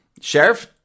sheriff